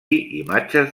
imatges